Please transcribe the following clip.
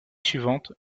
suivante